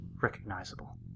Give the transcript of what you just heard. recognizable